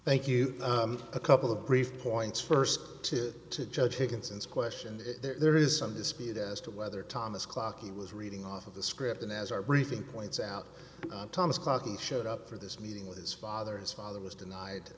thank you a couple of brief points first to judge taken since questioned if there is some dispute as to whether thomas clocky was reading off of the script and as our briefing points out thomas clocky showed up for this meeting with his father his father was denied